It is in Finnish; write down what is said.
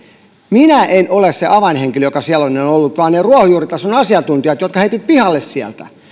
minä en ole se avainhenkilö joka siellä on ollut vaan ne ruohonjuuritason asiantuntijat jotka heitit pihalle sieltä